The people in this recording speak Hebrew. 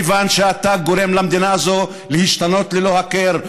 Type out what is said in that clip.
מכיוון שאתה גורם למדינה הזו להשתנות ללא הכר,